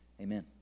Amen